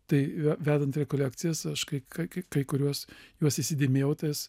tai vedant rekolekcijas aš kai kai kai kuriuos juos įsidėmėjau tas